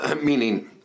Meaning